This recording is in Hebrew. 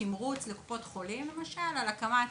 תמריץ לקופות החולים על הקמת